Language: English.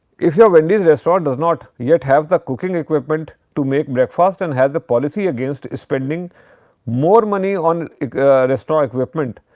if your wendy's restaurant does not yet have the cooking equipment to make breakfast and has the policy against spending more money on restaurant equipment,